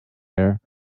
air